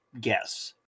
guess